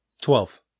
Twelve